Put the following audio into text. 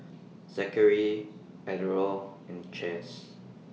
Zachery Ardell and Chaz